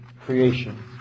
creation